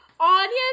audience